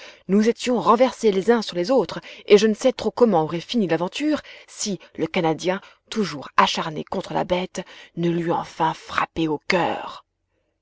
nous étions renversés les uns sur les autres et je ne sais trop comment aurait fini l'aventure si le canadien toujours acharné contre la bête ne l'eût enfin frappée au coeur